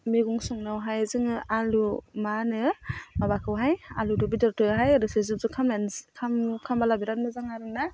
मैगं संनायावहाय जोङो आलु मा होनो माबाखौहाय आलुजों बेदरजोंहाय रोसि जुब जुब खालामना खालामबोला बिराद मोजां आरो ना